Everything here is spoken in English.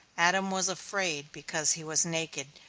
adam was afraid, because he was naked.